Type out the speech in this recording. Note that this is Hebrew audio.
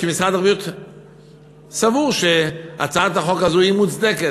כי משרד הבריאות סבור שהצעת החוק הזאת מוצדקת,